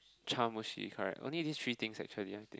chawanmushi correct only these three things actually I think